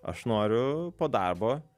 aš noriu po darbo